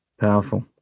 powerful